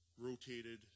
rotated